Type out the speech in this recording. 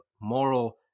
moral